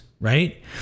right